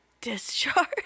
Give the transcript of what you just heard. discharge